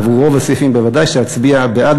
עבור רוב הסעיפים בוודאי שאצביע בעד,